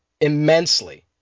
immensely